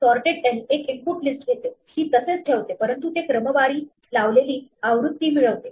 Sorted l एक input list घेते ती तसेच ठेवते परंतु ते क्रमवारी लावलेली आवृत्ती मिळवते